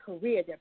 career